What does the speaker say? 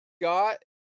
got